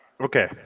Okay